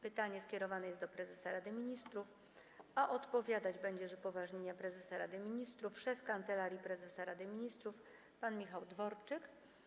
Pytanie skierowane jest do prezesa Rady Ministrów, a odpowiadać będzie z upoważnienia prezesa Rady Ministrów szef Kancelarii Prezesa Rady Ministrów pan Michał Dworczyk.